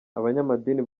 abanyamadini